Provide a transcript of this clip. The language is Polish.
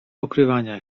okrywania